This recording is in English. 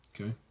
Okay